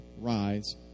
rise